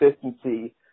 consistency